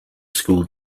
school